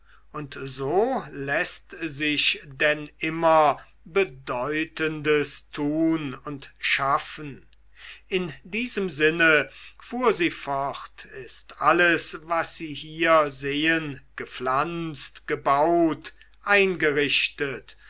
und so läßt sich denn immer bedeutendes tun und schaffen in diesem sinne fuhr sie fort ist alles was sie hier sehen gepflanzt gebaut eingerichtet